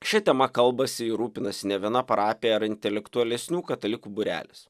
šia tema kalbasi ir rūpinasi ne viena parapija ar intelektualesnių katalikų būrelis